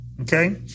Okay